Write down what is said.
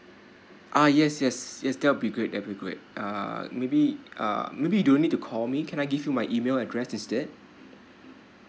ah yes yes yes that will be great that will be great uh maybe uh maybe do you need to call me can I give you my email address instead